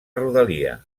rodalia